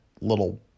little